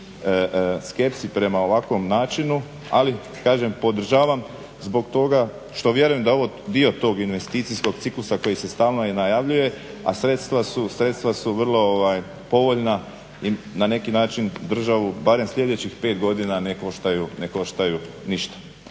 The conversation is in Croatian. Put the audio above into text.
skepsi prema ovakvom načinu, ali kažem podržavam zbog toga što vjerujem da je ovo dio tog investicijskog ciklusa koji se stalno i najavljuje, a sredstva su vrlo povoljna i na neki način državu barem sljedećih 5 godina ne koštaju ništa.